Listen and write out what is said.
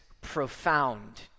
profound